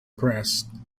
pressed